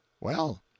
Well